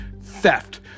theft